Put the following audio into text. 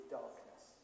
darkness